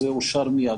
זה אושר מייד,